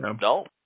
No